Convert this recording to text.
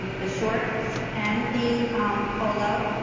the shorts and the polo,